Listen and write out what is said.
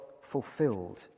fulfilled